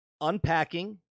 unpacking